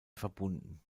verbunden